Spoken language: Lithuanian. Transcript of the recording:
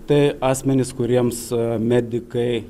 tai asmenys kuriems medikai